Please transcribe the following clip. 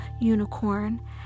unicorn